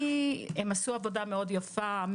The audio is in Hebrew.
הממ"מ עשו עבודה יפה מאוד.